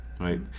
right